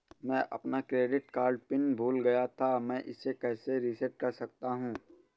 मैं अपना credit card PIN भूल गया था मैं इसे कैसे रीसेट कर सकता हूँ?